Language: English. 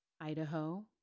Idaho